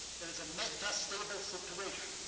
there is a meta stable situation.